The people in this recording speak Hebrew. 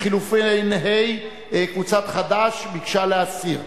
לחלופין ה' קבוצת חד"ש ביקשה להסיר,